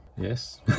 Yes